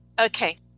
okay